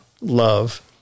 love